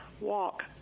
walk